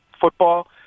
football